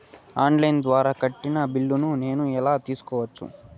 On line ద్వారా కట్టిన బిల్లును నేను ఎలా తెలుసుకోవచ్చు?